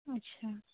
अच्छा